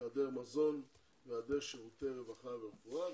היעדר מזון והיעדר שירותי רווחה ורפואה.